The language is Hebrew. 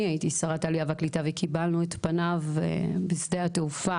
הייתי שרת העלייה והקליטה וקיבלנו את פניו בשדה התעופה.